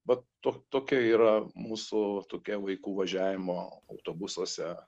vat to tokia yra mūsų tokia vaikų važiavimo autobusuose